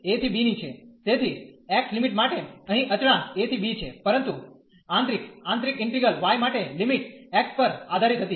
તેથી x limit માટે અહીં અચળાંક a ¿ b છે પરંતુ આંતરિક આંતરિક ઈન્ટિગ્રલ y માટે લિમિટ x પર આધારીત હતી